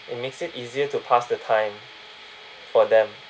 it makes it easier to pass the time for them